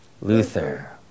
Luther